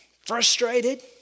frustrated